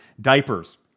diapers